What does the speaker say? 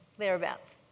thereabouts